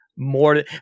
more